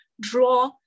draw